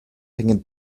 hängen